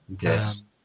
Yes